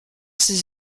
ses